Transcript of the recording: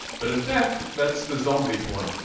but, in fact, that's the zombie point.